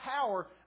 power